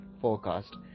forecast